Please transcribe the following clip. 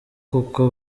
kuko